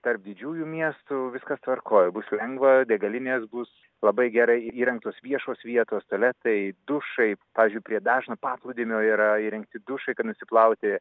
tarp didžiųjų miestų viskas tvarkoj bus lengva degalinės bus labai gerai įrengtos viešos vietos tualetai dušai pavyzdžiui prie dažno paplūdimio yra įrengti dušai kad nusiplauti